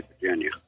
Virginia